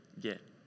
get